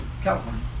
California